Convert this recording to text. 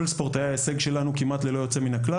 ספורטאי ההישג שלנו כמעט ללא יוצא מין הכלל.